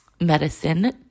medicine